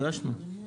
הגשנו.